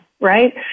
right